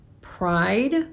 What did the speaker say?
pride